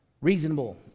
Reasonable